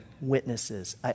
witnesses